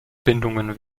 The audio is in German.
bindungen